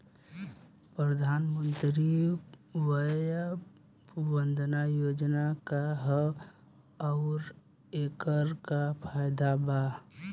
प्रधानमंत्री वय वन्दना योजना का ह आउर एकर का फायदा बा?